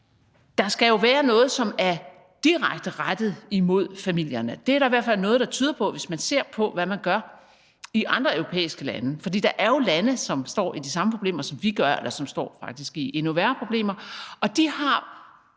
Der skal jo være noget, som er direkte rettet imod familierne. Det er der i hvert fald noget, der tyder på, hvis man ser på, hvad man gør i andre europæiske lande, fordi der jo er lande, som står i de samme problemer, som vi gør – eller som faktisk står i endnu værre problemer. De har